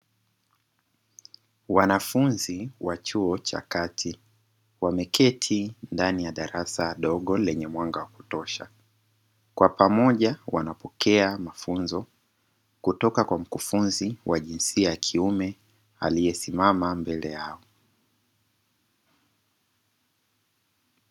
Wanafunzi wa chuo cha kati, wameketi ndani ya darasa dogo lenye mwanga wa kutosha. Kwa pamoja wanapokea mafunzo kutoka kwa mkufunzi wa jinsia ya kiume aliyesimama mbele yao.